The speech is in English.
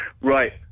Right